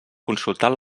consultant